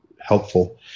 helpful